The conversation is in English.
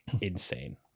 insane